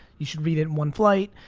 you should read it in one flight.